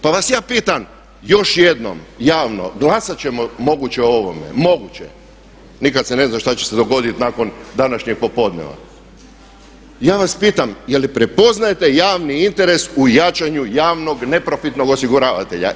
Pa vas ja pitam još jednom javno glasat ćemo moguće o ovome, moguće, nikad se ne zna što će se dogoditi nakon današnjeg popodneva, ja vas pitam je li prepoznajete javni interes u jačanju javnog neprofitnog osiguravatelja?